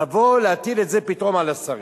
לבוא להטיל את זה פתאום על השרים.